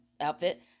outfit